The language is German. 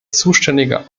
zuständige